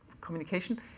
communication